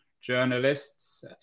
journalists